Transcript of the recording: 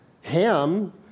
Ham